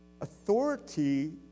Authority